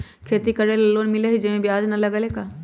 खेती करे ला लोन मिलहई जे में ब्याज न लगेला का?